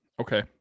okay